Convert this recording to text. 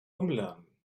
umlernen